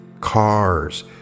cars